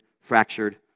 fractured